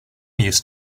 used